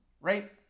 right